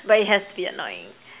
but it has to be annoying